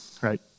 right